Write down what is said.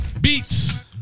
Beats